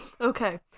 Okay